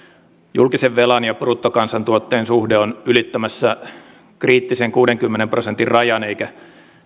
julkisen velan ja bruttokansantuotteen suhde on ylittämässä kriittisen kuudenkymmenen prosentin rajan eikä